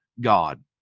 God